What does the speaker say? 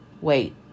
wait